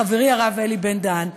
לחברי הרב אלי בן-דהן,